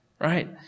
Right